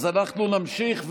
אז אנחנו נמשיך,